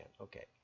okay